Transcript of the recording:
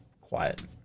quiet